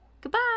Goodbye